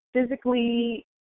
physically